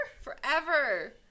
Forever